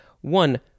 One